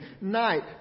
night